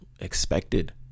expected